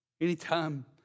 Anytime